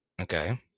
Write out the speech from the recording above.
Okay